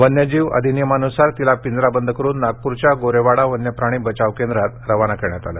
वन्यजीव अधिनियमानुसार तिला पिंजराबद करून नागपूरच्या गोरेवाडा वन्यप्राणी बचाव केंद्रात रवाना करण्यात आले